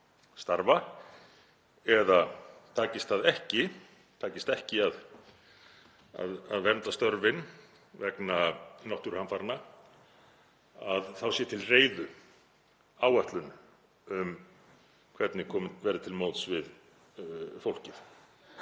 ekki, takist ekki að vernda störfin vegna náttúruhamfaranna, þá sé til reiðu áætlun um hvernig komið verði til móts við fólkið